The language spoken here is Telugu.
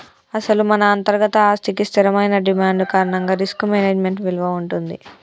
అసలు మన అంతర్గత ఆస్తికి స్థిరమైన డిమాండ్ కారణంగా రిస్క్ మేనేజ్మెంట్ విలువ ఉంటుంది